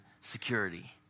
security